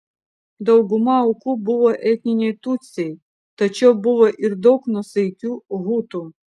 dauguma aukų buvo etniniai tutsiai tačiau buvo ir daug nuosaikių hutų